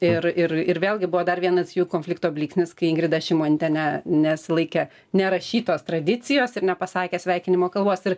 ir ir ir vėlgi buvo dar vienas jų konflikto blyksnis kai ingrida šimonytė ne nesilaikė nerašytos tradicijos ir nepasakė sveikinimo kalbos ir